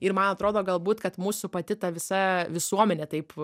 ir man atrodo galbūt kad mūsų pati ta visa visuomenė taip